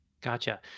Gotcha